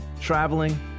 traveling